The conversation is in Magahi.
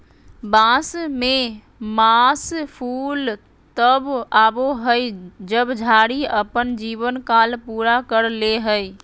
बांस में मास फूल तब आबो हइ जब झाड़ी अपन जीवन काल पूरा कर ले हइ